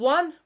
One